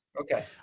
Okay